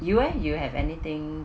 you eh you have anything